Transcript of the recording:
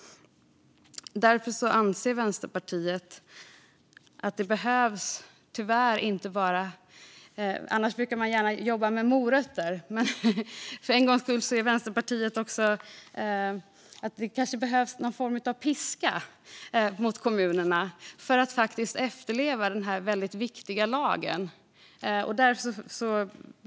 Därför anser Vänsterpartiet att det tyvärr för en gångs skull behöver jobbas med inte bara morötter, som man annars gärna brukar göra, utan kanske också med någon form av piska på kommunerna för att de ska efterleva denna viktiga lag.